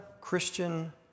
Christian